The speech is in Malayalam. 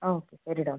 ഓക്കെ ശരി ഡോക്ടർ